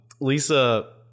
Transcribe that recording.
Lisa